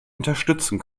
unterstützen